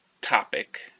topic